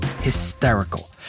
hysterical